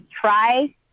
try